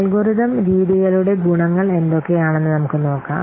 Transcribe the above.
algorithm രീതികളുടെ ഗുണങ്ങൾ എന്തൊക്കെയാണെന്ന് നമുക്ക് നോക്കാം